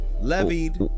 Levied